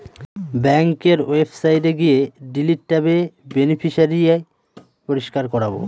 ব্যাঙ্কের ওয়েবসাইটে গিয়ে ডিলিট ট্যাবে বেনিফিশিয়ারি পরিষ্কার করাবো